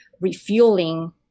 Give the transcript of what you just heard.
refueling